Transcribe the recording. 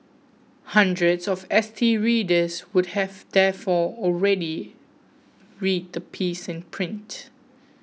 hundreds of S T readers would have therefore already read the piece in print